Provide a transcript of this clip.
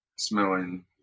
Smelling